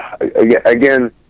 again